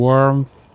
Warmth